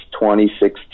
2016